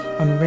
on